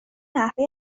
نحوه